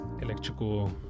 electrical